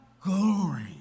glory